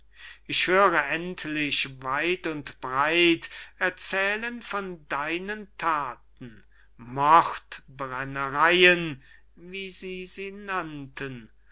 ich höre endlich weit und breit erzählen von deinen thaten mordbrennereyen wie sie sie nannten